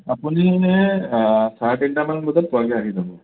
আপুনি চাৰে তিনিটামান বজাত পোৱাকৈ আহি যাব